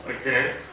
Okay